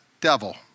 Devil